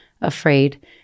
afraid